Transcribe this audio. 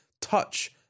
touch